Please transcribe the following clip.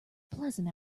pleasant